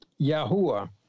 Yahuwah